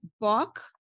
book